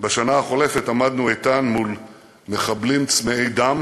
בשנה החולפת עמדנו איתן מול מחבלים צמאי דם.